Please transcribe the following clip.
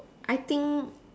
I think